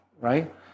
right